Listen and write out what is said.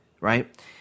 right